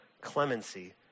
clemency